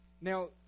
Now